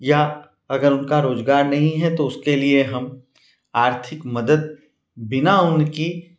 या अगर उनका रोजगार नहीं है तो उसके लिए हम आर्थिक मदद बिना उनके